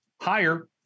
higher